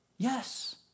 Yes